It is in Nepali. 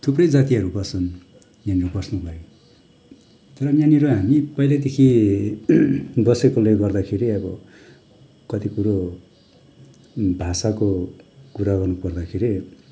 थुप्रै जातीयहरू बस्छन् यहाँनिर बस्नुलाई तर यहाँनिर हामी पहिल्यैदेखि बसेकोले गर्दाखेरि अब कति कुरो भाषाको कुरा गर्नु पर्दाखेरि